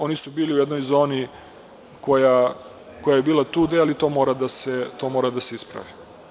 Oni su bili u jednoj zoni koja je bila tu, ali to mora da se ispravi.